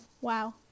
Wow